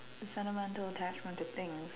sentimental attachments to things